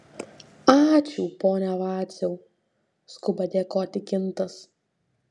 ačiū pone vaciau skuba dėkoti kintas